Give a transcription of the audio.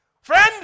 friend